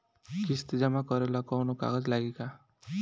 किस्त जमा करे ला कौनो कागज लागी का?